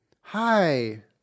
Hi